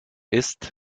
ist